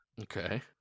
Okay